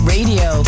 Radio